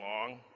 long